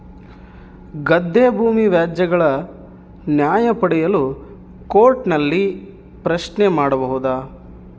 ಗದ್ದೆ ಭೂಮಿ ವ್ಯಾಜ್ಯಗಳ ನ್ಯಾಯ ಪಡೆಯಲು ಕೋರ್ಟ್ ನಲ್ಲಿ ಪ್ರಶ್ನೆ ಮಾಡಬಹುದಾ?